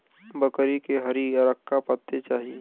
बकरी के हरिअरका पत्ते चाही